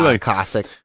classic